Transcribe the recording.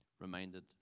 reminded